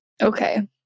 Okay